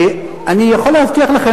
אני יכול להבטיח לכם,